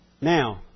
Now